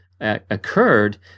Occurred